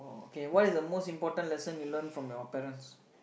okay what is the most important lesson you learn from your parents